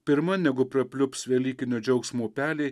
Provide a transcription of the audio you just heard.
pirma negu prapliups velykinio džiaugsmo upeliai